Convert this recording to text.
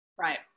Right